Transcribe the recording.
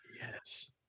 Yes